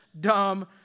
dumb